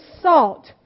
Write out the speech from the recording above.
salt